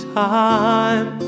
time